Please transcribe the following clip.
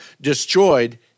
destroyed